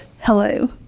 Hello